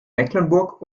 mecklenburg